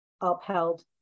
upheld